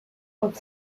with